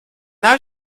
now